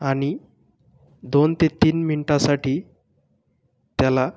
आणि दोन ते तीन मिनीटासाठी त्याला